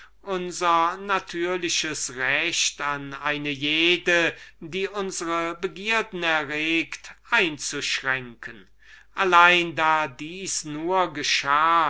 unser natürliches recht an eine jede die unsre begierden erregt einzuschränken allein da dieses nur geschah